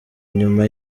nyuma